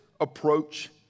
approach